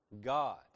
God